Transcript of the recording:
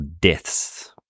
deaths